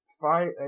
fight